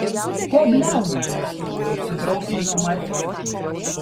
ko bliauni sudrausmino marcę